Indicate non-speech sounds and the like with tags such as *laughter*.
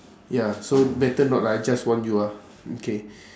ya so better not lah I just warn you ah okay *breath*